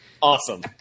Awesome